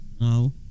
No